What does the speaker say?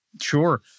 Sure